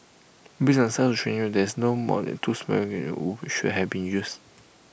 based on the size of the training area no more than two smoke grenades should have been used